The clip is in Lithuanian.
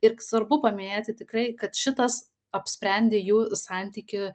ir svarbu paminėti tikrai kad šitas apsprendė jų santykį